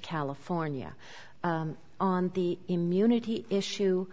california on the immunity issue